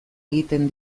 egiten